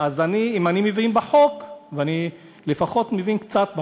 אם אני מבין בחוק, ואני לפחות מבין קצת בחוק,